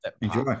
enjoy